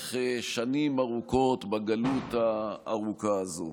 לאורך שנים ארוכות בגלות הארוכה הזאת.